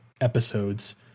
episodes